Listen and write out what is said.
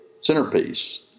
centerpiece